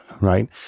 right